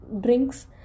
drinks